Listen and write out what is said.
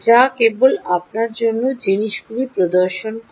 যা কেবল আপনার জন্য জিনিসগুলি প্রদর্শন করা